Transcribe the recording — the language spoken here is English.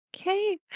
Okay